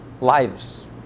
lives